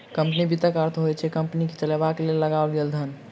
company वित्तक अर्थ होइत अछि कम्पनी के चलयबाक लेल लगाओल गेल धन